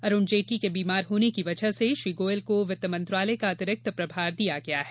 अरूण जेटली के बीमार होने की वजह से श्री गोयल को वित्त मंत्रालय का अतिरिक्त प्रभार दिया गया है